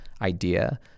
idea